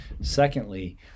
secondly